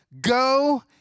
Go